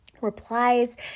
replies